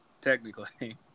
technically